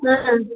ಹಾಂ ಹಾಂ